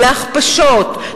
להכפשות,